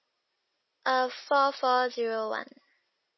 uh four four zero one